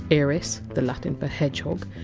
eris, the latin for! hedgehog,